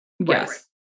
Yes